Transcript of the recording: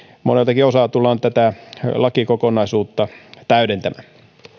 moneltakin osaa tullaan tätä lakikokonaisuutta täydentämään